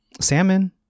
salmon